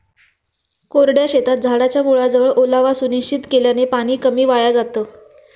कोरड्या शेतात झाडाच्या मुळाजवळ ओलावा सुनिश्चित केल्याने पाणी कमी वाया जातं